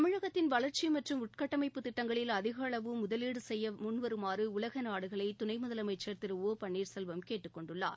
தமிழகத்தின் வளர்ச்சி மற்றும் உள்கட்டமைப்புத் திட்டங்களில் அதிகளவில் முதலீடு செய்ய வருமாறு உலக நாடுகளை துணை முதலமைச்சர் திரு ஒ பன்னீர்செல்வம் கேட்டுக் கொண்டுள்ளார்